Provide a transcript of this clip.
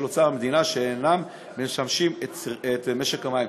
אוצר המדינה שאינם משמשים את משק המים.